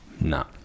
no